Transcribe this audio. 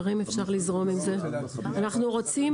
תראה אם אפשר לזרום עם זה: אנחנו רוצים